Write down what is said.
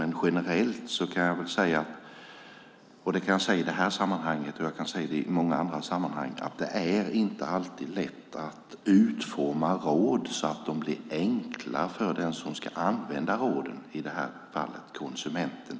Men generellt kan jag säga, i det här sammanhanget och i många andra sammanhang, att det inte alltid är lätt att utforma råd så att de blir enkla för den som ska använda råden, i det här fallet konsumenten.